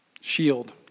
shield